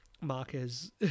Marquez